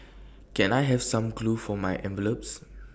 can I have some glue for my envelopes